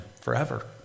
forever